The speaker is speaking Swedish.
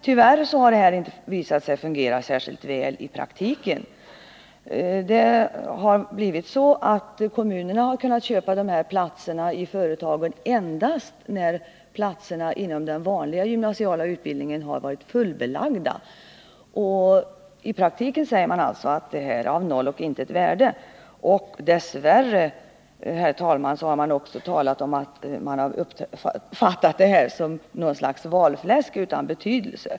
Tyvärr har detta visat sig inte fungera särskilt väl i praktiken. Det har blivit så att kommunerna har kunnat köpa de här platserna i företagen endast när platserna inom den vanliga gymnasiala utbildningen har varit fullbelagda. Det sägs alltså att reformen är av noll och intet värde. Dess värre, herr talman, har det också talats om att människor uppfattat den som något slags valfläsk utan betydelse.